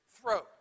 throat